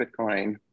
Bitcoin